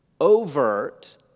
overt